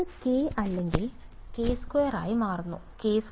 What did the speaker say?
വിദ്യാർത്ഥി x2k2 ഇത് k അല്ലെങ്കിൽ k2 ആയി മാറുമോ